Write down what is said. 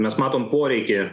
mes matom poreikį